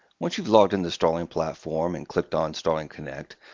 once you've logged into starling platform and clicked on starling connect,